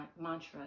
mantra